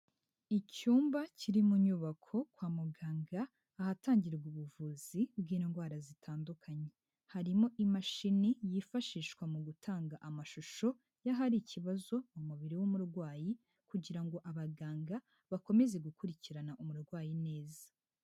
Icyumba kiri mu nyubako kwa muganga ahatangirwa ubuvuzi bw'indwara zitandukanye. Harimo imashini yifashishwa mu gutanga amashusho y'ahari ikibazo mu mubiri w'umurwayi kugira ngo abaganga bakomeze gukurikirana umurwayi neza.